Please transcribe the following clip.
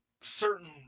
Certain